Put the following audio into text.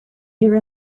here